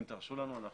אם תרשו לנו אנחנו